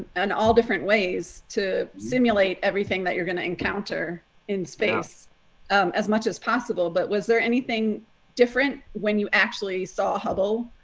and all different ways to simulate everything that you're going to encounter in space as much as possible. but was there anything different when you actually saw hubble,